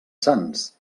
sanç